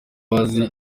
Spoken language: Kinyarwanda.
bazi